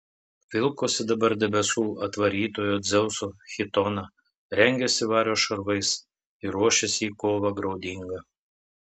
vilkosi dabar debesų atvarytojo dzeuso chitoną rengėsi vario šarvais ir ruošėsi į kovą graudingą